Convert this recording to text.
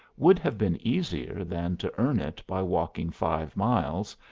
would have been easier than to earn it by walking five miles,